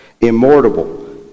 Immortal